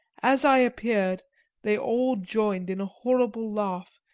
as i appeared they all joined in a horrible laugh,